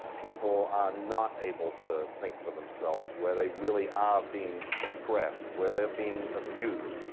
people are not able to think for themselves where they really are being suppressed, where they are being abused.